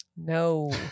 No